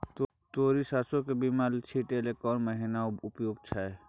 तोरी, सरसो के बीया छींटै लेल केना महीना उपयुक्त छै?